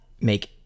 make